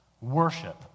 worship